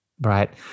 Right